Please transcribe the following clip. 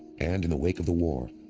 and in the wake of the war,